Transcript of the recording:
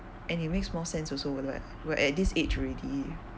and it makes more sense also [what] we are at this age already